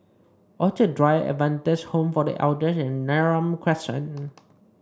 Orchid Drive Adventist Home for The Elders and Neram Crescent